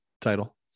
title